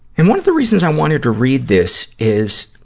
and one of the reasons i wanted to read this is,